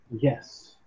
Yes